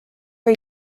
are